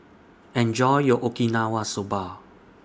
Enjoy your Okinawa Soba